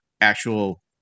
actual